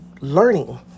learning